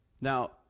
Now